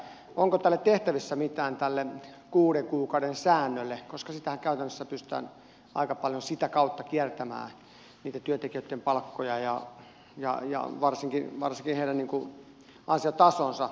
onko tälle kuuden kuukauden säännölle tehtävissä mitään koska sitä kauttahan käytännössä pystytään aika paljon kiertämään niitä työntekijöitten palkkoja ja varsinkin heidän ansiotasoansa